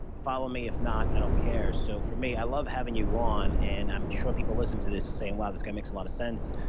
follow me. if not, i don't care. so for me, i love having you on and i'm sure people listening to this will say, wow, this guy makes a lot of sense.